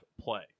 play